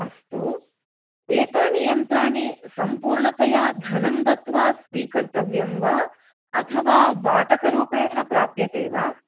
अस्तु एतानि यन्त्राणि सम्पूर्णतया धनं दत्वा स्वीकर्तव्यं वा अथवा बाटकरूपेण प्राप्यते वा